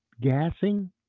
Gassing